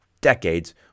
decades